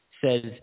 says